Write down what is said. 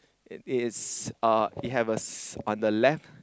it is uh it have a s~ on the left